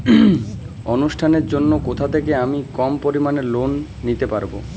অনুষ্ঠানের জন্য কোথা থেকে আমি কম পরিমাণের লোন নিতে পারব?